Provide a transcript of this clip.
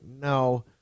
no